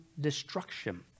destruction